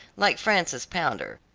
like frances pounder,